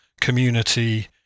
community